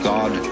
God